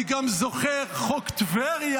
אני גם זוכר את חוק טבריה.